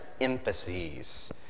emphases